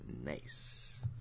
nice